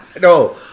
No-